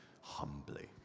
humbly